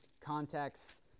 context